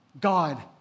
God